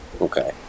Okay